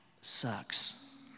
sucks